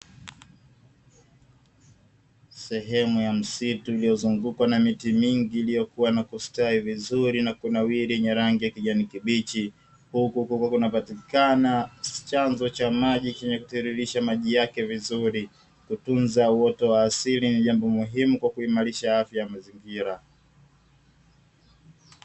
Sehemu ya msitu, iliyozungukwa na miti mingi iliyokua na kustawi vizuri na kunawiri yenye rangi ya kijani kibichi. Huku kukiwa kunapatikana chanzo cha maji chenye kutiririsha maji yake vizuri, kutunza uoto wa asili ni jambo muhimu kwa kuimarisha afya ya mazingira.